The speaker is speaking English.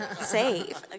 Save